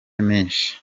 menshi